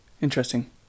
Interesting